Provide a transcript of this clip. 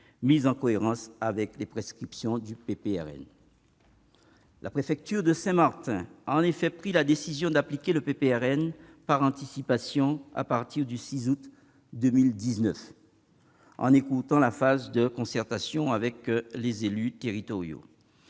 mis en cohérence avec les prescriptions du PPRN. La préfecture de Saint-Martin a pris la décision d'appliquer le PPRN par anticipation à partir du 6 août 2019, en écourtant la phase de concertation avec les élus territoriaux.